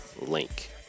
link